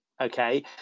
Okay